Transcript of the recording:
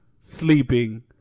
sleeping